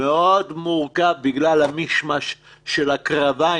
מאוד מורכב בגלל המישמש של הקרביים,